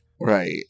Right